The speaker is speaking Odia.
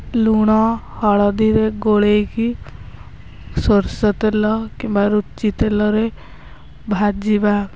ଲୁଣ ହଳଦୀରେ ଗୋଳେଇକି ସୋରିଷ ତେଲ କିମ୍ବା ରୁଚି ତେଲରେ ଭାଜିବା